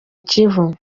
kivu